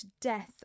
death